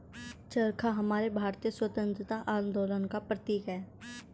चरखा हमारे भारतीय स्वतंत्रता आंदोलन का प्रतीक है